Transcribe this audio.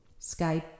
Skype